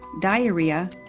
diarrhea